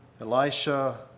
Elisha